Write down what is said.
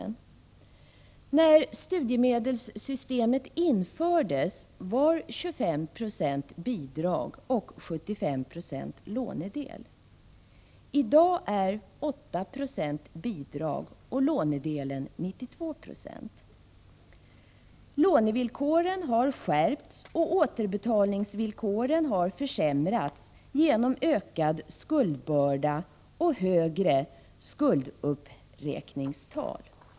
När studiemedelssystemet infördes var 25 90 bidrag och 75 9o lån. I dag är 8 Z bidrag, och lånedelen utgör 92 20. Lånevillkoren har skärpts och återbetalningsvillkoren försämrats genom ökad skuldbörda och högre skulduppräkningstal.